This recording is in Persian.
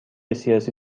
سیاسی